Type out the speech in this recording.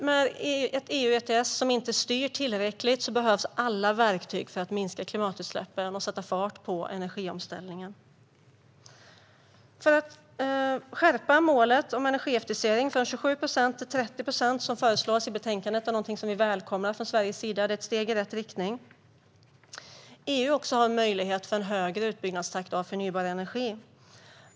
Med ett EU ETS som inte styr tillräckligt behövs nu alla verktyg för att minska klimatutsläppen och sätta fart på energiomställningen. Att skärpa målet om energieffektivisering från 27 procent till 30 procent är någonting som vi välkomnar från Sveriges sida och som också föreslås i betänkandet. Det är ett steg i rätt riktning. EU har också en möjlighet till en högre utbyggnadstakt för förnybar energi.